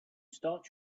start